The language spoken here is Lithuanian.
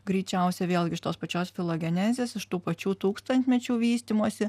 greičiausia vėlgi iš tos pačios filogenezės iš tų pačių tūkstantmečių vystymosi